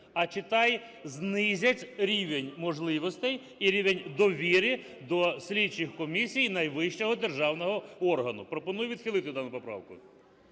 а читай: знизять рівень можливостей і рівень довіри до слідчих комісій найвищого державного органу. Пропоную відхилити дану поправку.